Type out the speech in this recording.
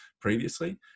previously